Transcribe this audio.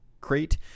crate